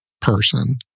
person